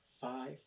five